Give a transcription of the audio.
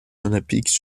olympiques